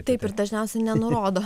taip ir dažniausiai nenurodo